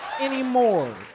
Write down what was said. anymore